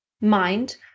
mind